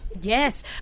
Yes